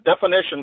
definition